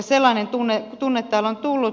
sellainen tunne täällä on tullut